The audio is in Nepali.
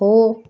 हो